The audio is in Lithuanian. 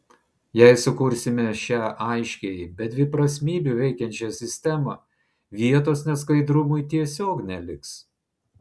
jei sukursime šią aiškiai be dviprasmybių veikiančią sistemą vietos neskaidrumui tiesiog neliks